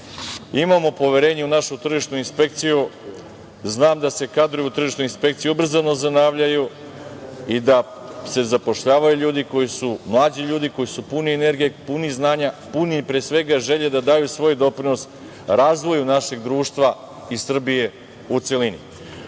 Imamo poverenja u našu Tržišnu inspekciju, znam da se kadrovi u inspekciji ubrzano zanavljaju i da se zapošljavaju mlađi ljudi koji su puni energije, puni znanja, puni pre svega da daju svoj doprinos razvoju našeg društva i Srbije u celini.O